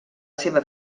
seva